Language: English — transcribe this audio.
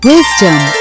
Wisdom